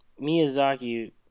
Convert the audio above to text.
Miyazaki